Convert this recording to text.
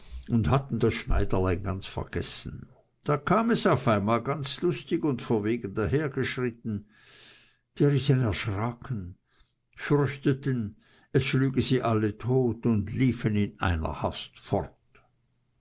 und hatten das schneiderlein ganz vergessen da kam es auf einmal ganz lustig und verwegen dahergeschritten die riesen erschraken fürchteten es schlüge sie alle tot und liefen in einer hast fort